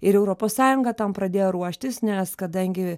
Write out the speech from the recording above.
ir europos sąjunga tam pradėjo ruoštis nes kadangi